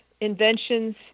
inventions